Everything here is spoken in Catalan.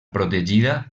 protegida